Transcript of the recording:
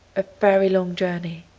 a very long journey.